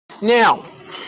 Now